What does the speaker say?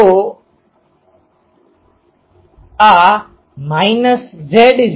તો આ Z0ar× H